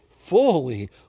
fully